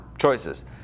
choices